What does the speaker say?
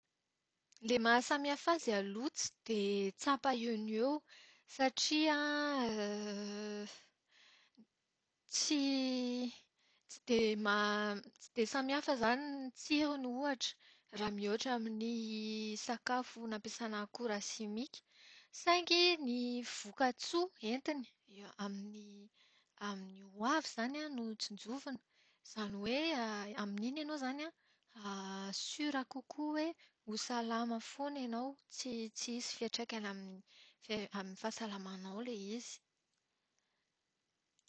Ilay mahasamihafa azy aloha tsy dia tsapa eo noho eo satria tsy tsy ma- tsy dia samihafa izany ny tsirony ohatra. Raha mihoatra amin'ny sakafo nampiasàna akora simika. Saingy ny voka-tsoa entiny eo amin'ny amin'ny ho avy izany an no tsinjovina. Izany hoe amin'iny ianao izany an, siora kokoa hoe ho salama foana ianao. Tsy tsy hisy fiantraikany amin'ny amin'ny fahasalamànao ilay izy.